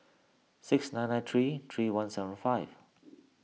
six nine nine three three one seven five